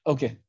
Okay